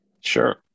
Sure